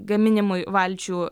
gaminimui valčių